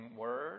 word